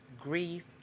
grief